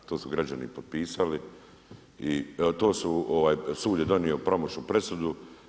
To su građani potpisali i to su sud je donio pravomoćnu presudu.